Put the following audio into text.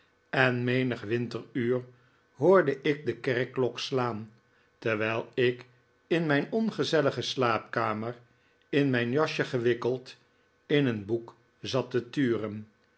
en menig winteruur hoorde ik de kerkklok slaan terwijl ik in mijn ongezellige slaapkamer in mijn jasje gewikkeld in een boek zat te turen